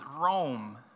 Rome